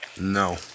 No